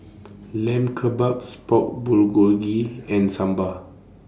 Lamb Kebabs Pork Bulgogi and Sambar